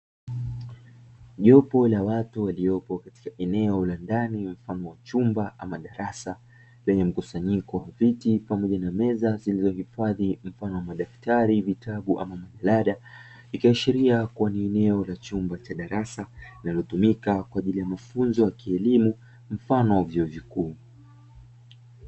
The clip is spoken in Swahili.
Jopo la watu waliyopo katika eneo la ndani mfano wa chumba ama darasa lenye mkusanyiko wa viti pamoja na meza zilizohifadhi mfano wa madaftari, vitabu ama majalada ikiashiria kuwa ni eneo la chumba cha darasa linalotumika kwa ajili ya mafunzo ya kielimu mfano wa vyuo vikuu.